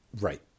Right